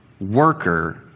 worker